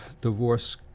divorce